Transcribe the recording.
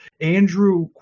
Andrew